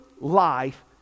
life